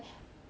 mmhmm